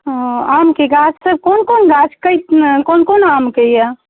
हँ आमके गाछसभ कोन कोन गाछ कोन कोन आमके यए